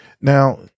Now